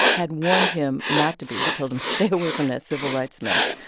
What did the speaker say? had warned him not to be. he told him stay away from that civil rights mess.